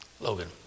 Logan